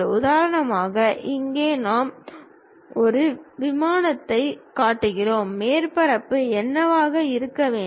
உதாரணமாக இங்கே நாம் ஒரு விமானத்தைக் காட்டுகிறோம் மேற்பரப்பு என்னவாக இருக்க வேண்டும்